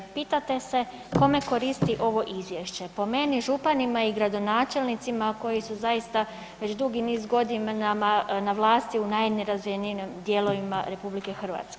Pitate se kome koristi ovo izvješće, po meni županima i gradonačelnicima koji su zaista već dugi niz godina u najnerazvijenijim dijelovima RH.